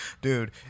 Dude